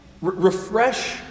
Refresh